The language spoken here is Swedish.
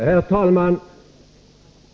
Herr talman!